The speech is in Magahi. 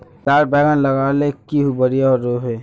लार बैगन लगाले की बढ़िया रोहबे?